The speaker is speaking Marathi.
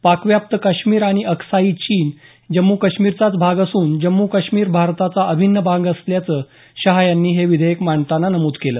पाकव्याप्त काश्मीर आणि अक्साई चीन हे जम्मू काश्मीरचाच भाग असून जम्मू काश्मीर भारताचा अभिन्न भाग असल्याचं शहा यांनी हे विधेयक मांडताना नमूद केलं